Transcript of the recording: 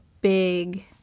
big